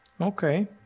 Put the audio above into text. Okay